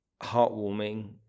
heartwarming